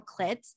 clits